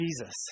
Jesus